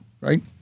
right